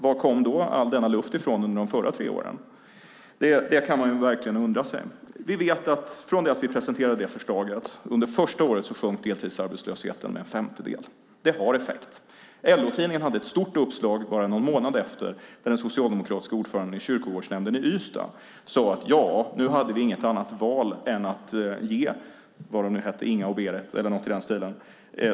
Varifrån kom då all luft under de gångna tre åren? Det kan man verkligen fråga sig. Vi vet att från det att vi presenterade förslaget sjönk deltidsarbetslösheten under det första året med en femtedel. Det har alltså haft effekt. LO-Tidningen hade ett stort uppslag bara någon månad efteråt där den socialdemokratiske ordföranden i kyrkogårdsnämnden i Ystad sade att de nu inte hade något annat val än att ge Inga och Berit, eller vad de nu kunde heta, heltid.